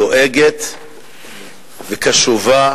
דואגת וקשובה